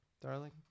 darling